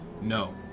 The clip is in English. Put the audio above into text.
No